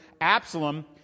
Absalom